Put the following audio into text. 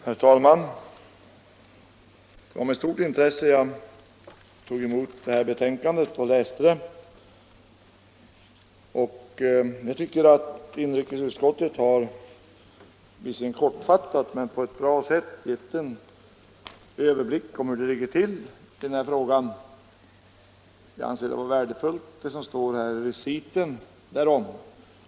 Herr talman! Det var med stort intresse jag läste det betänkande som nu behandlas, och jag tycker att inrikesutskottet visserligen kortfattat men på ett bra sätt har gett en överblick över hur det ligger till i den här frågan. Det som står i reciten därom anser jag vara värdefullt.